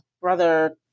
Brother